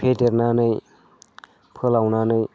फेदेरनानै फोलावनानै